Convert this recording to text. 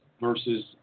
versus